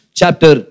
chapter